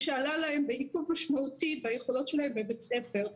מה שעלה להם בעיכוב משמעותי ביכולות שלהם בבית ספר.